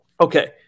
Okay